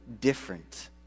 different